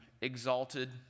exalted